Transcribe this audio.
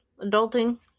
adulting